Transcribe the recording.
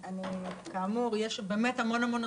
את 'גן לאומי הרי